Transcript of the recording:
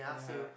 yeah